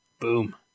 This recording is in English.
Boom